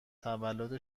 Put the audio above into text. تولد